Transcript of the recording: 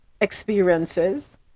experiences